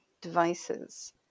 devices